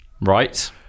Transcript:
Right